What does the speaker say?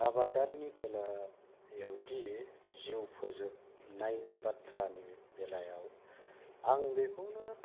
आबादारिनि बेलायावदि जिउ फोजोबनायनि बाथ्रानि बेलायाव आं बेखौनो